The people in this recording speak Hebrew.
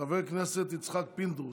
חבר הכנסת יצחק פינדרוס,